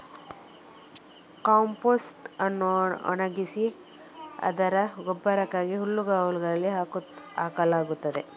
compost ಅನ್ನು ಒಣಗಿಸಿ ನಂತರ ಗೊಬ್ಬರಕ್ಕಾಗಿ ಹುಲ್ಲುಗಾವಲುಗಳಿಗೆ ಹಾಕಲಾಗುತ್ತದೆ